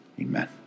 amen